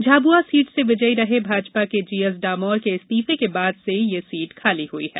Jhabua seat से विजयी रहे भाजपा के जी एस डामोर के इस्तीफे के बाद से यह सीट खाली हुई है